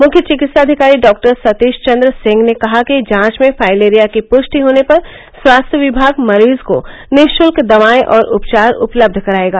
मुख्य चिकित्साधिकारी डॉक्टर सतीश चंद्र सिंह ने कहा कि जांच में फाइलेरिया की पृष्टि होने पर स्वास्थ्य विभाग मरीज को निशुल्क दवाए और उपचार उपलब्ध कराएगा